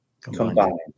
combined